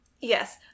yes